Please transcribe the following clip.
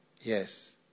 Yes